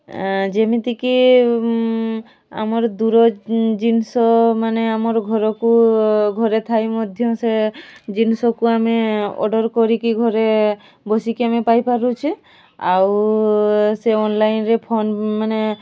ଯେମିତିକି ଆମର ଦୂର ଜିନିଷ ମାନେ ଆମର ଘରକୁ ଘରେ ଥାଇ ମଧ୍ୟ ସେ ଜିନିଷକୁ ଆମେ ଅର୍ଡ଼ର୍ କରିକି ଘରେ ବସିକି ଆମେ ପାଇପାରୁଛେ ଆଉ ସେ ଅନଲାଇନ୍ରେ ଫୋନ୍ ମାନେ